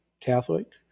Catholic